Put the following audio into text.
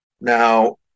Now